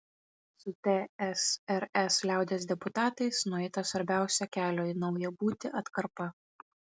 su tsrs liaudies deputatais nueita svarbiausia kelio į naują būtį atkarpa